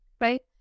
right